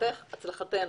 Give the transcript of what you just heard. הצלחתך הצלחתנו.